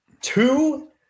Two